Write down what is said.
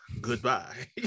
Goodbye